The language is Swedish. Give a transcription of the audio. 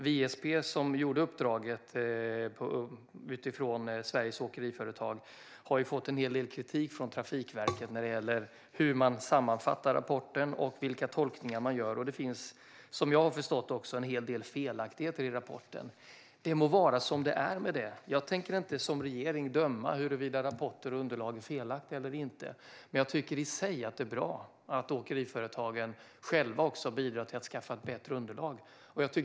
VSP, som gjorde rapporten på uppdrag av Sveriges Åkeriföretag, har fått en hel del kritik från Trafikverket för hur man sammanfattar rapporten och vilka tolkningar man gör. Som jag har förstått finns det också en hel del felaktigheter i rapporten. Det må vara som det är med detta. Som statsråd tänker jag inte bedöma huruvida rapporter och underlag är felaktiga eller inte, men jag tycker att det är bra att också åkeriföretagen själva bidrar med att ta fram ett bättre underlag.